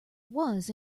was